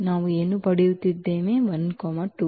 ನಾವು ಪಡೆಯುತ್ತಿದ್ದೇವೆ 12